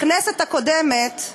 בכנסת הקודמת,